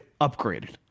upgraded